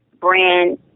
brand